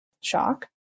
shock